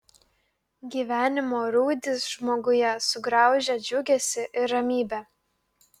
gyvenimo rūdys žmoguje sugraužia džiugesį ir ramybę